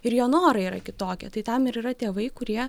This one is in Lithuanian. ir jo norai yra kitokie tai tam ir yra tėvai kurie